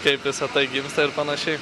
kaip visa tai gimsta ir panašiai